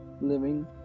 living